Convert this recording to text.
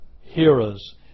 hearers